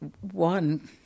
one